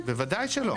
בוודאי שלא.